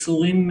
איסורים,